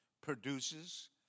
produces